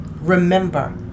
remember